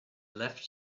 left